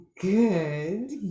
good